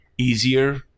easier